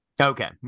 Okay